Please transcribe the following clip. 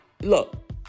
look